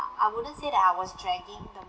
wouldn't say that I was dragging the